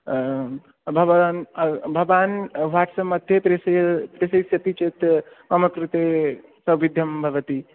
भवान् भवान् वाट्साप् मद्ये प्रेषय प्रेषयिष्यति चेत् मम कृते सौविद्धं भवति